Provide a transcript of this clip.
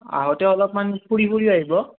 আহোঁতে অলপমান ফুৰি ফুৰি আহিব